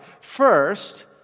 First